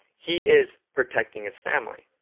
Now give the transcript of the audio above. he is protecting his family.